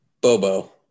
Bobo